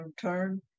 turn